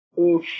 oof